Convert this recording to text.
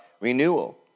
renewal